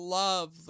love